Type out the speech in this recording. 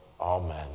Amen